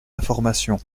information